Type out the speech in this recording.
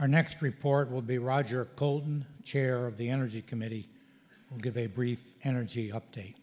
our next report will be roger coleman chair of the energy committee and give a brief energy update